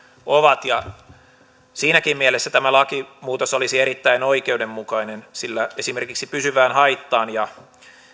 ovat siinäkin mielessä tämä lakimuutos olisi erittäin oikeudenmukainen sillä esimerkiksi pysyvään haittaan ja